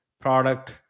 product